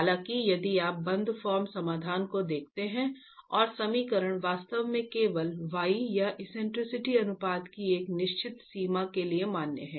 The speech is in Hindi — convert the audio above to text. हालांकि यदि आप बंद फॉर्म समाधान को देखते हैं और समीकरण वास्तव में केवल y या एक्सेंट्रिसिटी अनुपात की एक निश्चित सीमा के लिए मान्य है